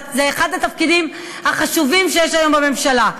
זה אחד התפקידים החשובים היום בממשלה.